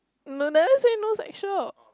I never say no sexual